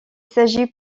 s’agit